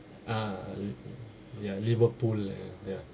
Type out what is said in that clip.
ah y~ ya liverpool ya ya